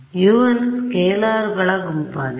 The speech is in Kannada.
un ಸ್ಕೇಲರ್ಗಳ ಗುಂಪಾಗಿದೆ